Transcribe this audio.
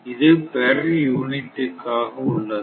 இது per unit காக உள்ளது